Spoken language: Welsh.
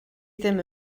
ddim